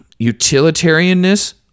utilitarianness